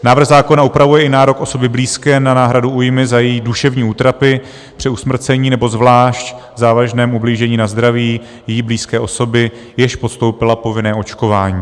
Návrh zákona upravuje i nárok osoby blízké na náhradu újmy za její duševní útrapy, při usmrcení nebo zvlášť závažném ublížení na zdraví její blízké osoby, jež podstoupila povinné očkování.